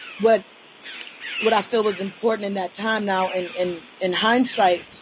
what what i feel is important in that time now, and in in hindsight,